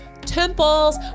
temples